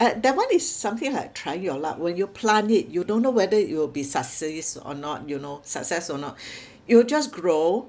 uh that one is something like trying your luck when you plant it you don't know whether it will be success or not you know success or not it'll just grow